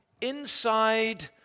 inside